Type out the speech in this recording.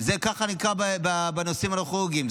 כך זה נקרא בנושאים הנוירוכירורגיים.